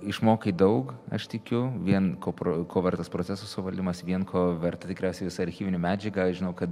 išmokai daug aš tikiu vien ko pro ko vertas proceso suvaldymas vien ko verta tikriausiai visa archyvinė medžiaga žinau kad